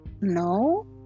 No